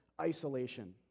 isolation